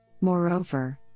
Moreover